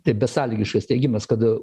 tai besąlygiškas teigimas kad